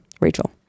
Rachel